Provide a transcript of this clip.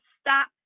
stop